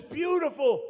beautiful